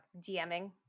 dming